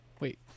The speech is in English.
Wait